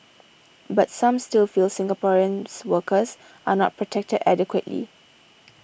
but some still feel Singaporeans workers are not protected adequately